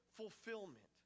fulfillment